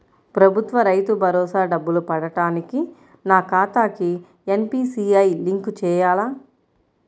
ప్రభుత్వ రైతు భరోసా డబ్బులు పడటానికి నా ఖాతాకి ఎన్.పీ.సి.ఐ లింక్ చేయాలా?